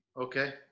Okay